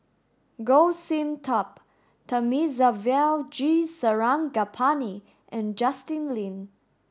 Goh Sin Tub Thamizhavel G Sarangapani and Justin Lean